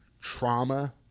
trauma